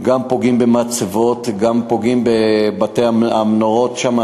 גם פוגעים במצבות, גם פוגעים בבתי-הנרות שם.